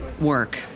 work